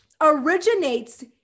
originates